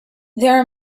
there